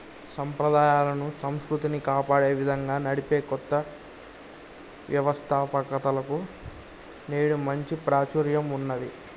సంప్రదాయాలను, సంస్కృతిని కాపాడే విధంగా నడిపే కొత్త వ్యవస్తాపకతలకు నేడు మంచి ప్రాచుర్యం ఉన్నది